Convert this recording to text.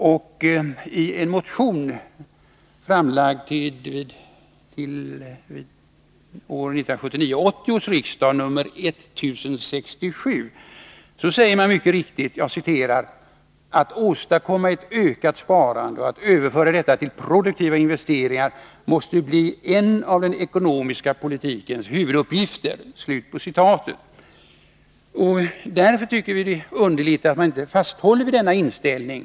I en motion, nr 1067, framlagd till 1979/80 års riksmöte, säger man mycket riktigt: ”Att åstadkomma ett ökat sparande och överföra detta till produktiva investeringar måste bli en av den ekonomiska politikens huvuduppgifter.” Vi tycker därför det är underligt att socialdemokraterna inte håller fast vid denna inställning.